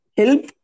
help